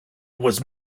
was